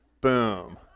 Boom